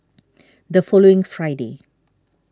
the following Friday